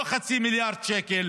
לא 0.5 מיליארד שקל